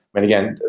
again,